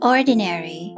Ordinary